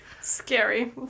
Scary